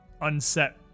unset